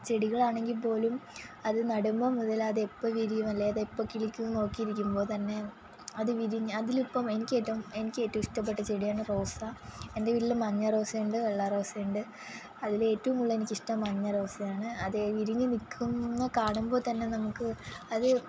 ചെടികളാണെങ്കില് പോലും അത് നടുമ്പോള് മുതല് അതെപ്പോള് വിരിയും അല്ലേല് അതെപ്പോള് കിളിക്കുമെന്ന് നോക്കിയിരിക്കുമ്പോള് തന്നെ അത് വിരിഞ്ഞ് അതിലിപ്പോള് എനിക്കേറ്റവും ഇഷ്ടപ്പെട്ട ചെടിയാണ് റോസ എൻ്റെ വീട്ടില് മഞ്ഞ റോസ ഉണ്ട് വെള്ള റോസ ഉണ്ട് അതിലേറ്റവും കൂടുതലെനിക്കിഷ്ടം മഞ്ഞ റോസയാണ് അതില് വിരിഞ്ഞ് നില്ക്കുന്നതു കാണുമ്പോ ള് തന്നെ നമുക്ക് അത്